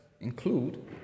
include